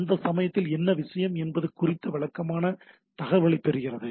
அந்த சமயத்தில் என்ன விஷயம் என்பது குறித்த வழக்கமான தகவல்களைப் பெறுகிறது